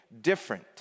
different